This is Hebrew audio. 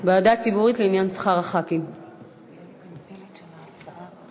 ועדה ציבורית לעניין שכר חברי הכנסת.